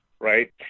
Right